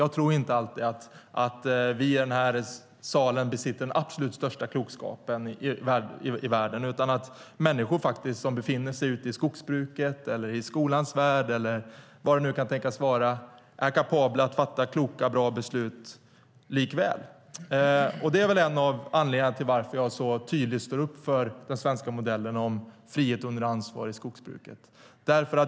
Jag tror inte alltid att vi i den här salen besitter den absolut största klokskapen i världen, utan jag tror att människor som befinner sig ute skogsbruket, i skolans värld eller var det nu kan tänkas vara är kapabla att fatta kloka och bra beslut. Det är en av anledningarna till varför jag så tydligt står upp för den svenska modellen om frihet under ansvar i skogsbruket.